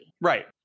Right